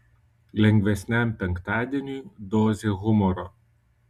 lengvesniam penktadieniui dozė humoro